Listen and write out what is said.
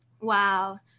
Wow